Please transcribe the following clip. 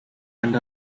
and